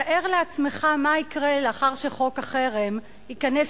תאר לעצמך מה יקרה לאחר שחוק החרם ייכנס